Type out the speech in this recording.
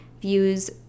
views